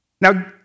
Now